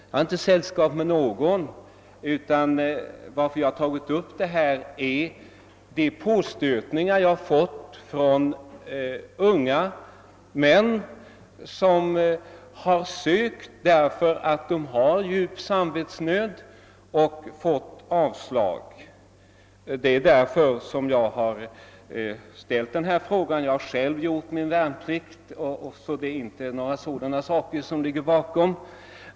Jag har inte sällskap med någon; anledningen till att jag har tagit upp denna fråga är påstötningar från unga män som har sökt vapenfri tjänst därför att de befinner sig i djup samvetsnöd men som har fått sina ansökningar avslagna. Jag har själv gjort min värnplikt, och det är således inte några personliga motiv som ligger bakom frågan.